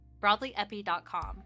BroadlyEpi.com